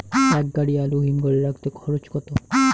এক গাড়ি আলু হিমঘরে রাখতে খরচ কত?